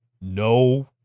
no